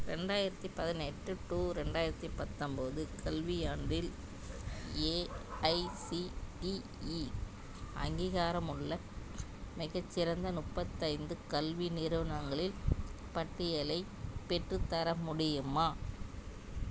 ரெண்டாயிரத்து பதினெட்டு டூ ரெண்டாயிரத்து பத்தொம்பது கல்வியாண்டில் ஏஐசிடிஇ அங்கீகாரமுள்ள மிகச்சிறந்த முப்பத்து ஐந்து கல்வி நிறுவனங்களில் பட்டியலை பெற்றுத்தர முடியுமா